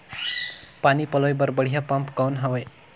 पानी पलोय बर बढ़िया पम्प कौन हवय?